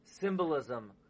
symbolism